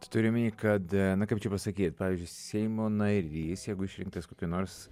tu turi omeny kad nu kaip čia pasakyt pavyzdžiui seimo narys jeigu išrinktas kokioj nors